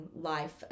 life